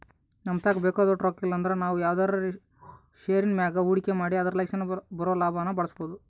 ನಮತಾಕ ಬೇಕಾದೋಟು ರೊಕ್ಕ ಇಲ್ಲಂದ್ರ ನಾವು ಯಾವ್ದನ ಷೇರಿನ್ ಮ್ಯಾಗ ಹೂಡಿಕೆ ಮಾಡಿ ಅದರಲಾಸಿ ಬರೋ ಲಾಭಾನ ಬಳಸ್ಬೋದು